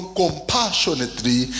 compassionately